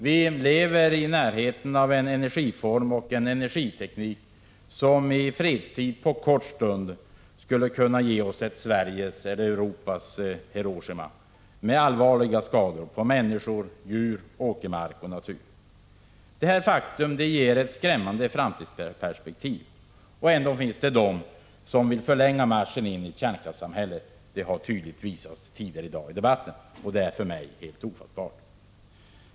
Vi lever i närheten av en energiform och en energiteknik som i fredstid på kort tid kan förorsaka ett Sveriges eller Europas Hiroshima, med allvarliga skador på människor, djur, åkermark och natur som följd. Detta faktum ger ett skrämmande framtidsperspektiv. Ändå finns det människor som vill förlänga marschen in i kärnkraftssamhället — det har tydligt framgått av debatten tidigare i dag — och det är för mig helt ofattbart.